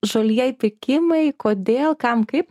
žalieji pirkimai kodėl kam kaip